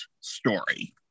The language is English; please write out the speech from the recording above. story